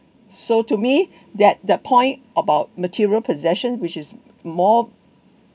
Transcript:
so to me that the point about material possession which is more